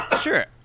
Sure